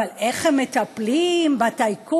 אבל איך הם מטפלים בטייקונים?